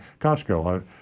Costco